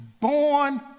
born